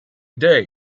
day